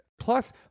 plus